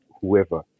whoever